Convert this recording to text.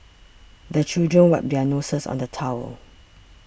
the children wipe their noses on the towel